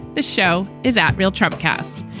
the show is at real trump cast.